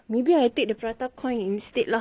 is the curry very nice